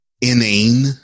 inane